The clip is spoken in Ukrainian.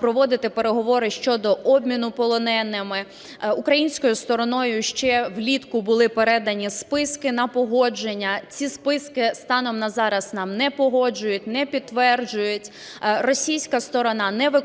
проводити переговори щодо обміну полоненими. Українською стороною ще влітку були передані списки на погодження. Ці списки станом на зараз нам не погоджують, не підтверджують. Російська сторона не виконує